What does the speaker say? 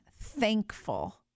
thankful